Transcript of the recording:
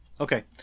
Okay